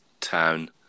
Town